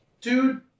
Dude